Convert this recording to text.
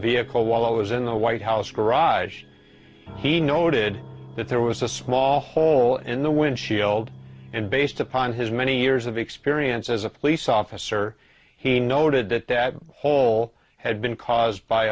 vehicle while i was in the white house garage he noted that there was a small hole in the windshield and based upon his many years of experience as a police officer he noted that that hall had been caused by